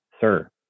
sir